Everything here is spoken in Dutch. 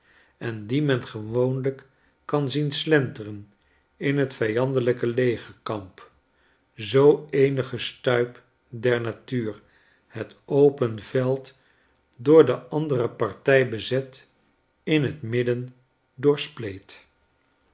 en die men gewoonlijk kan zien slenteren in het vijandelijke legerkamp zoo eenige stuip der natuur het open veld door de andere partij bezet in het midden